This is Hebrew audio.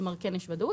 כלומר, כן יש ודאות.